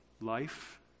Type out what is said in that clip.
life